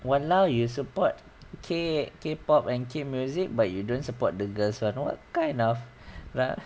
!walao! you support K K pop and K music but you don't support the girls [one] what kind of